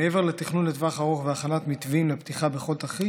מעבר לתכנון לטווח ארוך והכנת מתווים לפתיחה בכל תרחיש,